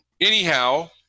Anyhow